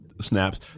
snaps